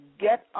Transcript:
get